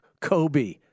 Kobe